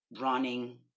running